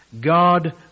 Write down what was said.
God